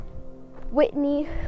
Whitney